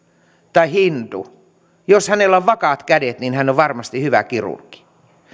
tai hindi jos hänellä on vakaat kädet niin hän on varmasti hyvä kirurgi